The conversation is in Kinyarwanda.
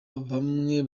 bamwe